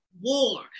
war